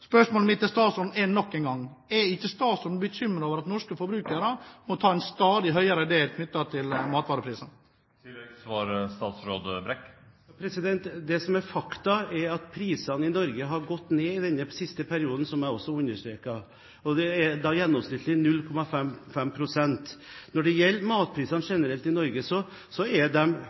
Spørsmålet mitt til statsråden er nok en gang: Er ikke statsråden bekymret over at norske forbrukere må ta en stadig høyere del av matvareprisene? Det som er fakta, er at prisene i Norge har gått ned i den siste perioden, som jeg også understreket – med gjennomsnittlig 0,5 pst. Når det gjelder matvareprisene generelt i Norge, er de høye hvis man sammenligner dem